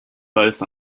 both